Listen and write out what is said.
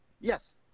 Yes